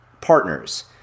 partners